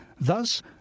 Thus